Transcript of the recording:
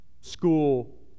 school